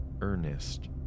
Ernest